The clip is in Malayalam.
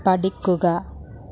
പഠിക്കുക